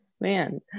Man